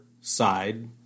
side